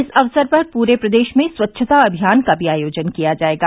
इस अवसर पर पूरे प्रदेश में स्वच्छता अमियान का भी आयोजन किया जायेगा